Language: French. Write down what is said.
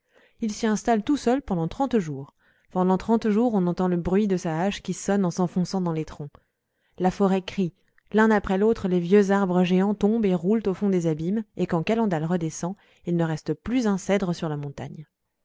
il s'y installe tout seul pendant trente jours pendant trente jours on entend le bruit de sa hache qui sonne en s'enfonçant dans les troncs la forêt crie l'un après l'autre les vieux arbres géants tombent et roulent au fond des abîmes et quand calendal redescend il ne reste plus un cèdre sur la montagne